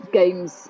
games